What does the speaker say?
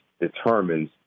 determines